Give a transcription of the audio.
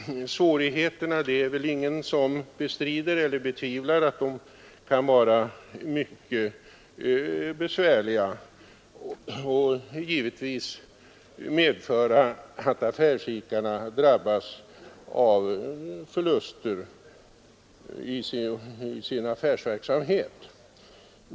Det är väl ingen som bestrider eller betvivlar att svårigheterna kan vara mycket stora, och givetvis medför det att affärsidkarna drabbas av förluster i sin affärsverksamhet.